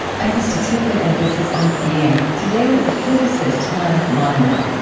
i'm krista tippett, and this is on being. today, with the physicist leonard mlodinow.